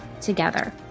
together